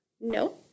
No